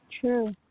True